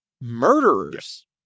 Murderers